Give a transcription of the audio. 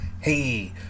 hey